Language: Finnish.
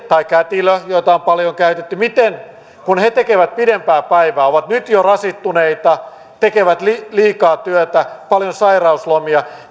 tai kätilö jota on paljon käytetty tekevät pidempää päivää ovat nyt jo rasittuneita tekevät liikaa työtä on paljon sairauslomia